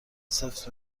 سفت